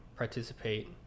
participate